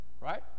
right